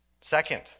Second